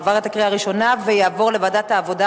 עברה בקריאה ראשונה ותעבור לוועדת העבודה,